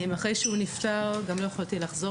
אחרי שהוא נפטר גם לא יכולתי לחזור.